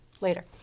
later